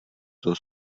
toho